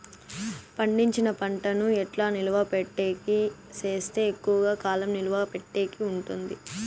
పండించిన పంట ను ఎట్లా నిలువ పెట్టేకి సేస్తే ఎక్కువగా కాలం నిలువ పెట్టేకి ఉంటుంది?